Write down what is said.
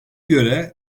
göre